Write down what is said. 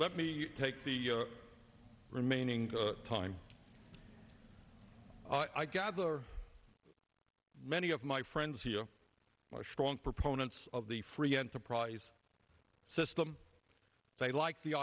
let me take the remaining time i gather many of my friends here strong proponents of the free enterprise system they like the